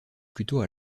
plutôt